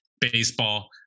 baseball